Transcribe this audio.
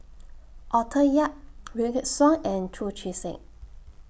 Arthur Yap Wykidd Song and Chu Chee Seng